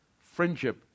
Friendship